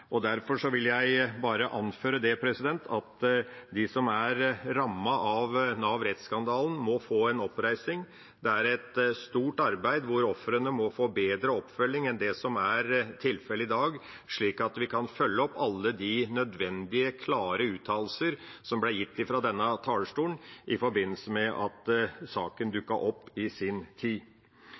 Derfor vil jeg bare anføre at de som er rammet av Nav-rettsskandalen må få oppreisning. Det er et stort arbeid, hvor ofrene må få bedre oppfølging enn det som er tilfellet i dag, slik at vi kan følge opp alle de nødvendige, klare uttalelser som ble gitt fra denne talerstolen i forbindelse med at saken dukket opp i sin tid.